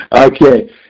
Okay